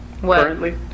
currently